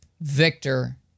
Victor